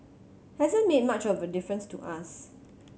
hasn't made much of a difference to us